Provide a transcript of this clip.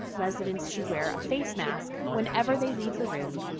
residents should wear a face mask whenever they leave the room,